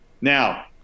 now